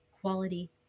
quality